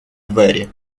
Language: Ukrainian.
двері